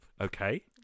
Okay